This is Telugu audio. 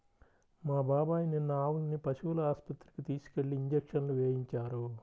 మా బాబాయ్ నిన్న ఆవుల్ని పశువుల ఆస్పత్రికి తీసుకెళ్ళి ఇంజక్షన్లు వేయించారు